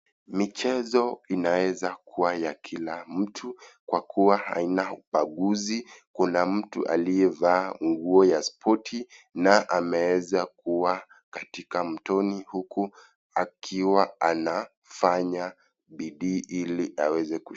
Michezo inaeza kuwa ya kila mtu kwa kuwa haina ubaguzi, kuna mtu aliyevaa nguo ya spoti na ameeza kuwa katika mtoni huku akiwa anafanya bidii ili aweze kushinda.